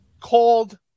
called